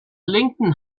linken